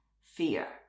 fear